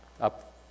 up